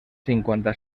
cinquanta